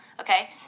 Okay